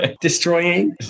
Destroying